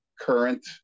current